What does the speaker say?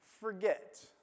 forget